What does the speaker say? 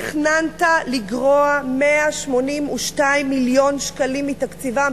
תכננת לגרוע 182 מיליון שקלים מתקציבם.